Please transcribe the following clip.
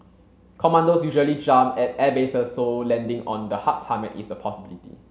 commandos usually jump at airbases so landing on the hard tarmac is a possibility